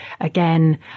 Again